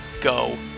Go